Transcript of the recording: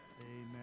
Amen